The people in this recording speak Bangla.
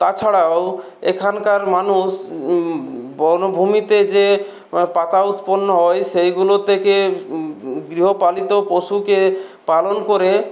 তাছাড়াও এখানকার মানুষ বনভূমিতে যে পাতা উৎপন্ন হয় সেইগুলো থেকে গৃহপালিত পশুকে পালন করে